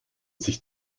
sich